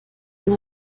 ein